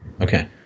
Okay